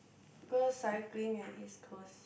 go cycling at East Coast